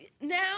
now